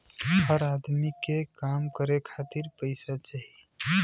हर अदमी के काम करे खातिर पइसा चाही